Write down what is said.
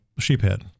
sheephead